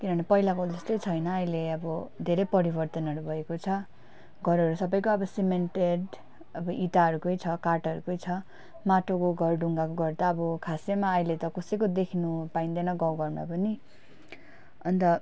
किनभने पहिलाको जस्तो छैन अहिले अब धेरै परिवर्तनहरू भएको छ घरहरू सबैको अब सिमेन्टेड अब इँटाहरूकै छ काठहरूकै छ माटोको घर ढुङ्गाको घर त अब खासैमा अहिले त कसैको देखिनु पाइँदैन गाउँघरमा पनि अन्त